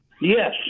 Yes